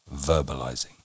verbalizing